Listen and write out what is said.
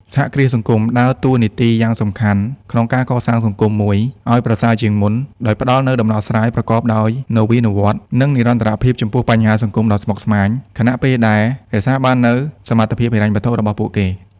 សហគ្រាសសង្គមដើរតួនាទីយ៉ាងសំខាន់ក្នុងការកសាងសង្គមមួយឲ្យប្រសើរជាងមុន ដោយផ្តល់នូវដំណោះស្រាយប្រកបដោយនវានុវត្តន៍ និងនិរន្តរភាពចំពោះបញ្ហាសង្គមដ៏ស្មុគស្មាញ ខណៈពេលដែលរក្សាបាននូវសមត្ថភាពហិរញ្ញវត្ថុរបស់ពួកគេ។